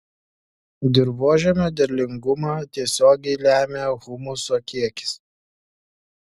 dirvožemio derlingumą tiesiogiai lemia humuso kiekis